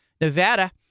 Nevada